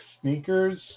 sneakers